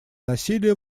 насилия